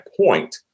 point